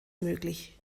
möglich